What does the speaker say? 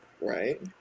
right